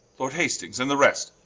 lord hastings, and the rest,